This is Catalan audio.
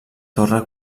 torre